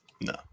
No